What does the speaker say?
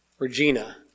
Regina